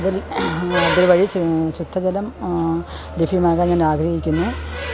അതിൽ അതുവഴി ശുദ്ധജലം ലഭ്യമാകാൻ ഞാൻ ആഗ്രഹിക്കുന്നു